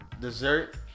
dessert